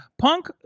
Punk